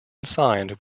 signed